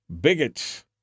bigots